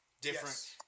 Different